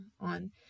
on